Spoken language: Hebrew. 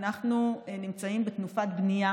אנחנו נמצאים בתנופת בנייה